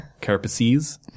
carapaces